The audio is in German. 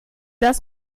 das